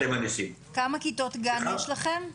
כמה כיתות גן יש לכם?